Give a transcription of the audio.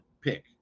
pick